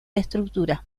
estructuras